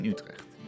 Utrecht